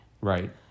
Right